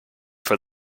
for